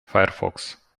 firefox